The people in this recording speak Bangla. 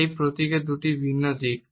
এই প্রতীকের দুটি ভিন্ন দিক